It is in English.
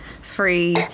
free